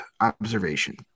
observation